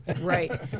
Right